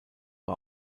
war